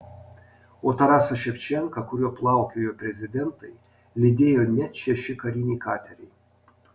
o tarasą ševčenką kuriuo plaukiojo prezidentai lydėjo net šeši kariniai kateriai